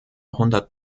hundert